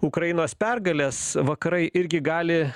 ukrainos pergalės vakarai irgi gali